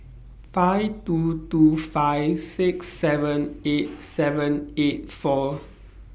five two two five six seven eight seven eight four